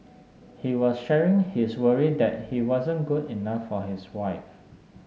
he was sharing his worry that he wasn't good enough for his wife